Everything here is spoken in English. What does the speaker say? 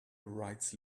rights